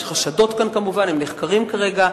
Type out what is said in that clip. יש חשדות כאן כמובן, והם נחקרים כרגע.